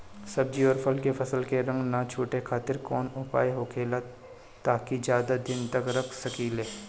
सब्जी और फल के फसल के रंग न छुटे खातिर काउन उपाय होखेला ताकि ज्यादा दिन तक रख सकिले?